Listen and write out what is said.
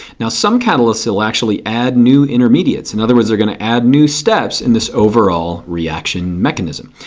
now some catalysts will actually add new intermediates. in other words they're going to add new steps in this overall reaction mechanism.